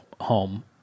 home